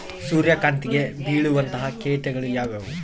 ಸೂರ್ಯಕಾಂತಿಗೆ ಬೇಳುವಂತಹ ಕೇಟಗಳು ಯಾವ್ಯಾವು?